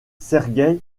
sergueï